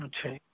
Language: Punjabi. ਅੱਛਾ ਜੀ